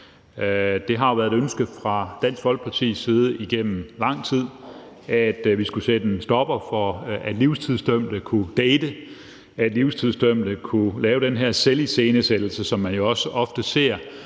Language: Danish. Det har jo været et ønske fra Dansk Folkepartis side igennem lang tid, at vi skulle sætte en stopper for, at livstidsdømte kunne date, at livstidsdømte kunne lave den her selviscenesættelse, som man også ofte ser,